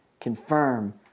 confirm